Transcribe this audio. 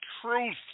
truth